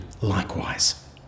likewise